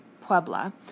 Puebla